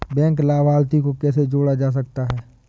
Bank लाभार्थी को कैसे जोड़ा जा सकता है?